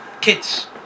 kids